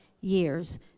years